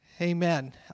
amen